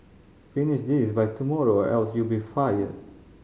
finish this by tomorrow or else you'll be fired